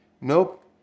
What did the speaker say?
nope